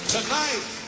Tonight